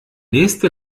nächste